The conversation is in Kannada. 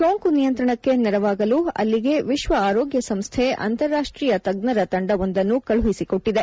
ಸೋಂಕು ನಿಯಂತ್ರಣಕ್ಕೆ ನೆರವಾಗಲು ಅಲ್ಲಿಗೆ ವಿಶ್ವ ಆರೋಗ್ಯ ಸಂಸ್ಥೆ ಅಂತಾರಾಷ್ಟೀಯ ತಜ್ಜರ ತಂಡವೊಂದನ್ನು ಕಳುಹಿಸಿಕೊಟ್ಟದೆ